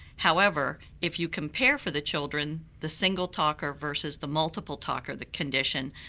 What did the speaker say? however, if you compare for the children the single talker versus the multiple talker, the condition,